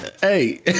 Hey